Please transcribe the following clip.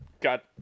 got